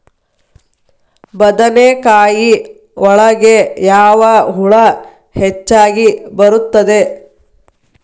ಬದನೆಕಾಯಿ ಒಳಗೆ ಯಾವ ಹುಳ ಹೆಚ್ಚಾಗಿ ಬರುತ್ತದೆ?